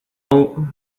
only